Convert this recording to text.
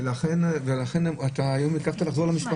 הם לא יכולים לחזור למשפחה.